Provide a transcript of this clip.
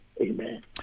Amen